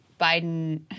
Biden